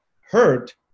hurt